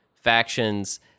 factions